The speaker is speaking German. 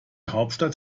hauptstadt